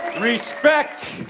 respect